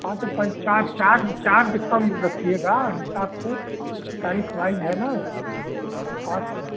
हाँ तो पर चार चार्ज चार्ज कम रखिएगा हिसाब से तारीख वाइज़ है ना हाँ तो